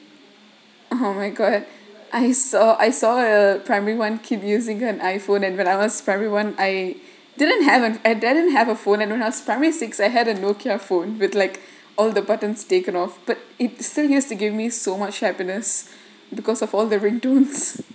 oh my god I saw I saw a primary one keep using an iphone and when I was primary one I didn't have an didn't have a phone and when I was in primary six I had a nokia phone with like all the buttons taken off but it still used to give me so much happiness because of all the ringtones